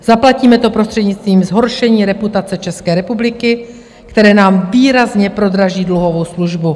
Zaplatíme to prostřednictvím zhoršení reputace České republiky, které nám výrazně prodraží dluhovou službu.